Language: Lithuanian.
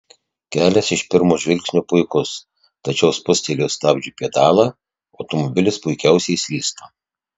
kelias iš pirmo žvilgsnio puikus tačiau spustelėjus stabdžio pedalą automobilis puikiausiai slysta